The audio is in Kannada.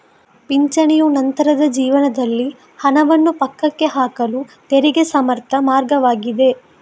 ಪಿಂಚಣಿಯು ನಂತರದ ಜೀವನದಲ್ಲಿ ಹಣವನ್ನು ಪಕ್ಕಕ್ಕೆ ಹಾಕಲು ತೆರಿಗೆ ಸಮರ್ಥ ಮಾರ್ಗವಾಗಿದೆ